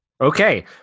Okay